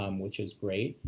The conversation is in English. um which is great.